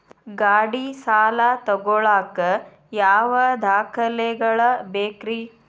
ಗಾಡಿ ಸಾಲ ತಗೋಳಾಕ ಯಾವ ದಾಖಲೆಗಳ ಬೇಕ್ರಿ?